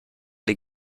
les